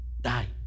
die